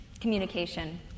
Communication